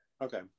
Okay